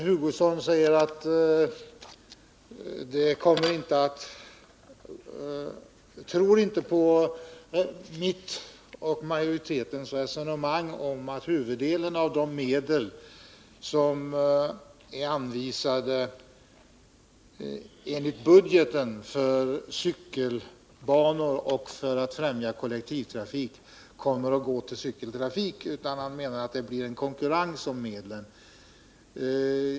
Kurt Hugosson tror inte på mitt och majoritetens resonemang om att huvuddelen av de medel som enligt budgeten är anvisade till cykelbanor och för att främja kollektivtrafiken kommer att gå till cykeltrafiken, utan han menar att det blir konkurrens om medlen.